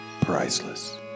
Priceless